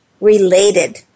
related